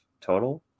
total